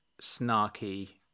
snarky